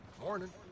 Morning